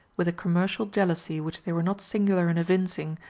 with a commercial jealousy which they were not singular in evincing,